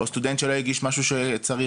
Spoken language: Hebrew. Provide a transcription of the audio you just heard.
או סטודנט שלא הגיש משהו שצריך,